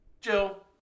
Jill